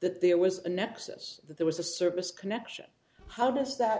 that there was a nexus that there was a service connection how does that